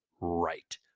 Right